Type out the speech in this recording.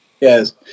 Yes